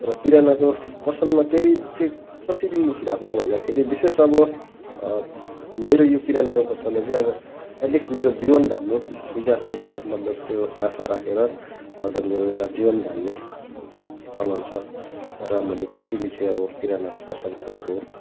र किरानाको पसलमा प्रेरित चाहिँ कसरी भएको हो भन्दाखेरि विशेष अब मेरो यो किरानाको पसलले चाहिँ अबो एट्लिस्ट मेरो जीवन धान्नु दुई चार पैसा मतलब त्यो नाफा राखेर मतलब मेरो एउटा जीवन धान्ने चलन छ र मैले त्यसरी चाहिँ अब किरानाको पसल खोलेको हो